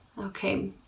Okay